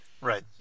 right